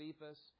Cephas